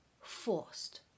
forced